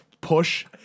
push